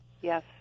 Yes